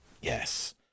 yes